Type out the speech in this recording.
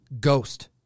ghost